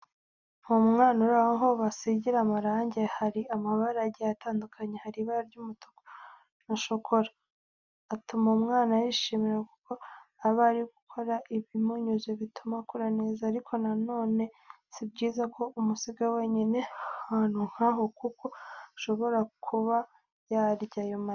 Ni umwana uri aho basigira amarange, hari amabara agiye atandukanye, hari ibara ry'umutuku na shokora, atuma umwana yishima kuko aba ari gukora ibimunyuze bituma akura neza. Ariko na none sibyiza ko umusiga wenyine ahantu nkaho kuko ashobora kuba yarya ayo marange